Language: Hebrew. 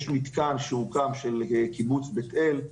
יש מתקן שהוקם של קיבוץ בית אל,